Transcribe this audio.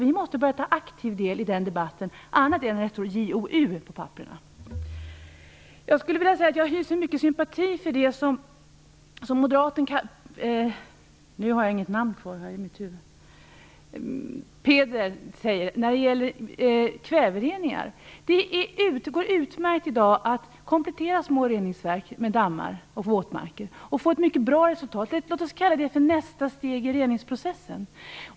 Vi måste börja ta aktiv del i den debatten. Jag hyser mycket sympati för det moderaten Peter Weibull Bernström säger om kvävereningar. Det går utmärkt i dag att komplettera små reningsverk med dammar och våtmarker och få ett mycket bra resultat. Låt oss kalla det för nästa steg i reningsprocessen.